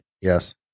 Yes